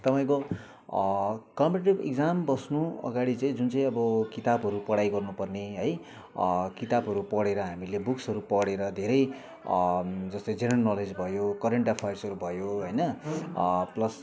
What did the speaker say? तपाईँको competitive exam बस्नु अगाडि चाहिँ जुन चाहिँ अब किताबहरू पढाइ गर्नु पर्ने है किताबहरू पढेर हामीले बुक्सहरू पढेर धेरै जस्तै जेनरल नलेज भयो करेन्ट एफेयर्सहरू भयो होइन प्लस